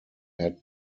had